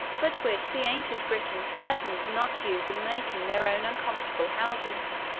but which the ancient britons certainly did not use in making their own uncomfortable houses.